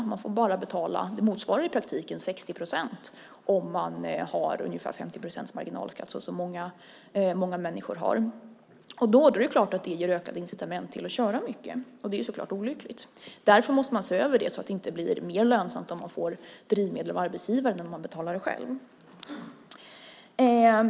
Det man i praktiken får betala motsvarar bara 60 procent om man har ungefär 50 procents marginalskatt, som många människor har. Då är det klart att det ger ökade incitament till att köra mycket, och det är så klart olyckligt. Därför måste man se över det så att det inte blir mer lönsamt om man får drivmedel av arbetsgivaren än om man betalar det själv.